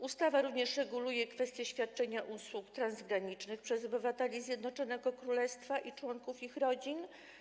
Ustawa reguluje również kwestie świadczenia usług transgranicznych przez obywateli Zjednoczonego Królestwa i członków ich rodzin.